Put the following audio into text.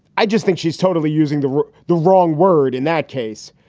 i just think she's totally using the the wrong word in that case.